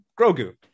Grogu